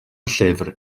llyfr